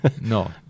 No